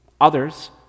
Others